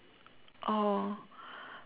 oh